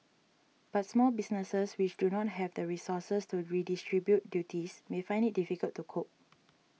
but small businesses which do not have the resources to redistribute duties may find it difficult to cope